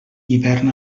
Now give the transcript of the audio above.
hivern